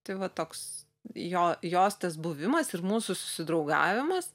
tai va toks jo jos tas buvimas ir mūsų susidraugavimas